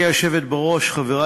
רשומות (הצעות חוק, חוב'